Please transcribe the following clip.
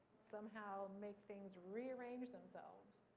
somehow make things rearrange themselves,